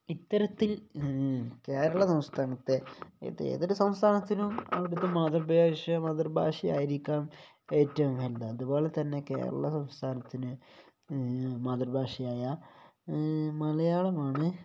ഇത്തരത്തിൽ കേരള സംസ്ഥാനത്തെ ഇത് ഏതൊരു സംസ്ഥാനത്തിനും അവിടുത്തെ മാതൃഭാഷയായിരിക്കാം ഏറ്റവും വലുത് അതുപോലെ തന്നെ കേരള സംസ്ഥാനത്തിന് മാതൃഭാഷയായ മലയാളമാണ്